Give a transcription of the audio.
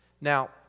Now